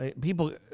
People